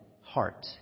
heart